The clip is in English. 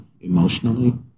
emotionally